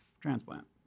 transplant